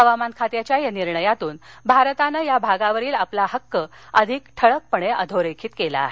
हवामान खात्याच्या या निर्णयातून भारतानं या भागावरील आपला हक्क अधिक ठळकपणे अधोरेखित केला आहे